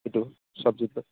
এইটো চবজিটো